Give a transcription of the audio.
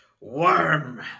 worm